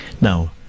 Now